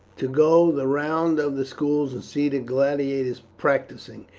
to go the round of the schools and see the gladiators practising,